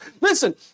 Listen